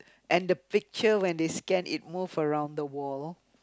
and the picture when they scan it move around the wall